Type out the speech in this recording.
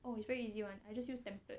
oh it's very easy [one] I just use template